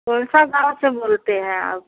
कौन सा गाँव से बोलते हैं आप